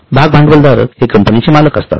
भाग भांडवलधारक हे कंपनीचे मालक असतात